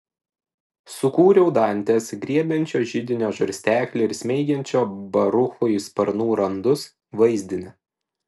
sukūriau dantės griebiančio židinio žarsteklį ir smeigiančio baruchui į sparnų randus vaizdinį